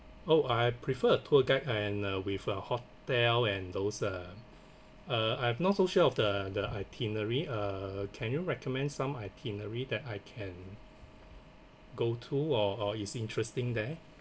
oh I prefer a tour guide and uh with a hotel and those uh uh I'm not so sure of the the itinerary uh can you recommend some itinerary that I can go to or or is interesting there